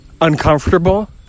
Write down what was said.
uncomfortable